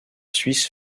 suisse